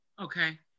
okay